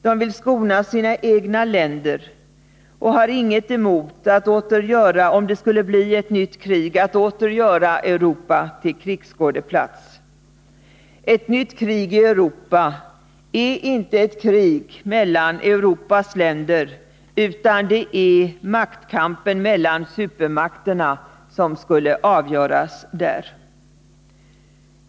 De vill skona sina egna länder och har inget emot att, om det skulle bli ett nytt krig, åter göra Europa till krigsskådeplats. Ett nytt krig i Europa är inte ett krig mellan Europas länder, utan det är maktkampen mellan supermakterna som avgörs här.